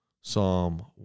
Psalm